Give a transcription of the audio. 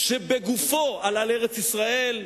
שבגופו עלה לארץ-ישראל,